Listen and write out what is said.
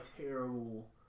terrible